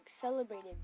celebrated